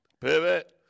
Pivot